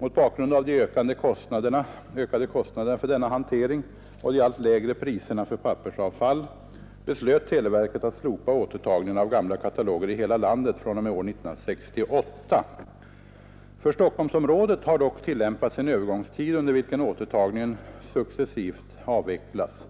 Mot bakgrund av de ökade kostnaderna för denna hantering och de allt lägre priserna för pappersavfall beslöt televerket att slopa återtagningen av gamla kataloger i hela landet fr.o.m. år 1968. För Stockholmsområdet har dock tillämpats en övergångstid, under vilken återtagningen successivt avvecklas.